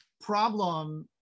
problem